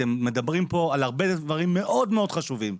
אתם מדברים פה על הרבה דברים מאוד מאוד חשובים,